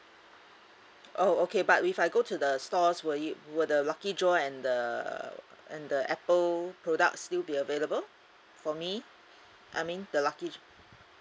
oh okay but if I go to the stores will you will the lucky draw and the and the apple products still be available for me I mean the lucky